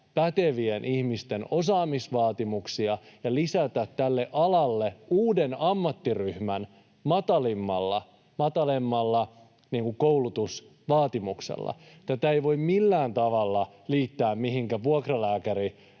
pätevien ihmisten osaamisvaatimuksia ja lisätä tälle alalle uusi ammattiryhmä matalammalla koulutusvaatimuksella. Tätä ei voi millään tavalla liittää mihinkään